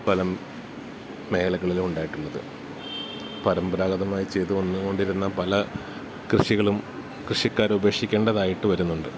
പല മേഖലകളിലുമുണ്ടായിട്ടുള്ളത് പരമ്പരാഗതമായി ചെയ്തുവന്നുകൊണ്ടിരുന്ന പല കൃഷികളും കൃഷിക്കാര് ഉപേക്ഷിക്കേണ്ടതായിട്ട് വരുന്നുണ്ട്